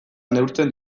neurtzen